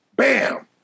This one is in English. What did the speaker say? Bam